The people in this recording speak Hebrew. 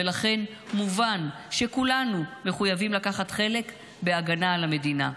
ולכן מובן שכולנו מחויבים לקחת חלק בהגנה על המדינה.